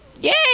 yay